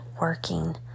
working